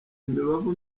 imibavu